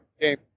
game